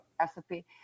recipe